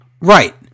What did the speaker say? Right